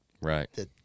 right